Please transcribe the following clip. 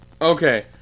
Okay